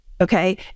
Okay